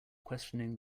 questioning